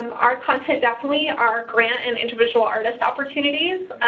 um our content, definitely our grant and individual artist opportunities.